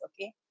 okay